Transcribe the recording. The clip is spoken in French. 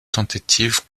tentative